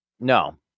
no